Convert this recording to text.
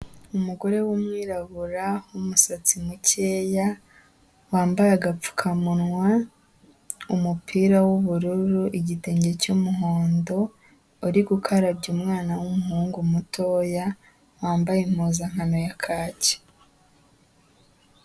Umugore w'umwirabura w'umusatsi mukeya wambaye agapfukamunwa, umupira w'ubururu, igitenge cy'umuhondo uri gukarabya umwana w'umuhungu mutoya wambaye impuzankano ya kaki.